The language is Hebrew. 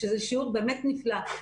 שזה שיעור באמת נפלא.